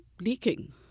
leaking